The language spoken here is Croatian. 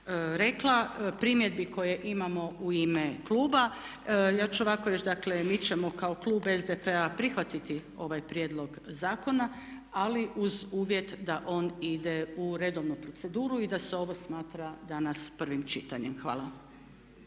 rekla, primjedbi koje imamo u ime kluba ja ću ovako reći. Dakle, mi ćemo kao klub SDP-a prihvatiti ovaj prijedlog zakona, ali uz uvjet da on ide u redovnu proceduru i da se ovo smatra danas prvim čitanjem. Hvala.